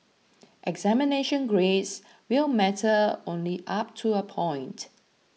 examination grades will matter only up to a point